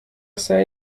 سعی